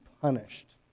punished